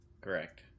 Correct